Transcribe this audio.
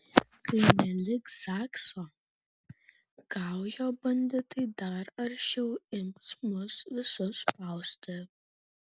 kai neliks zakso gal jo banditai dar aršiau ims mus visus spausti